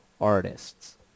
artists